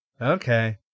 okay